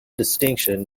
distinction